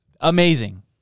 amazing